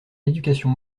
l’éducation